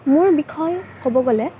মোৰ বিষয়ে ক'ব গ'লে